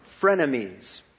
frenemies